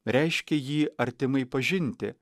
reiškia jį artimai pažinti